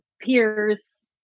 peers